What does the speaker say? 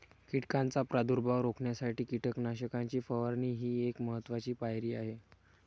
कीटकांचा प्रादुर्भाव रोखण्यासाठी कीटकनाशकांची फवारणी ही एक महत्त्वाची पायरी आहे